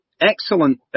Excellent